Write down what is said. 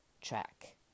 track